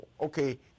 Okay